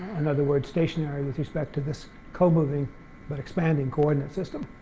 in other words stationary with respect to this comoving but expanding coordinate system.